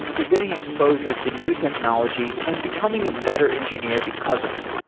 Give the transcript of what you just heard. you're getting exposure to new technologies and becoming a better engineer because of it.